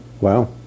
Wow